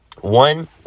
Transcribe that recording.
One